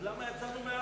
אז למה יצאנו מעזה?